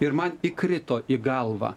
ir man įkrito į galvą